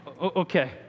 Okay